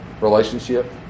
relationship